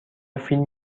فیلم